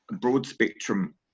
broad-spectrum